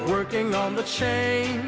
working on the chai